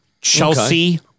Chelsea